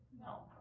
No